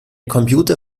computer